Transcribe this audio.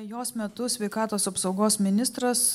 jos metu sveikatos apsaugos ministras